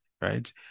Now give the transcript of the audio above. right